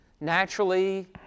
Naturally